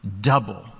double